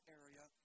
area